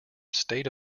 state